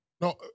No